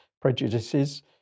prejudices